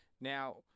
Now